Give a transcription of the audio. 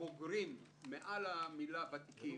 בוגרים, מעל המילה ותיקים.